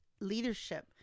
leadership